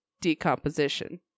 decomposition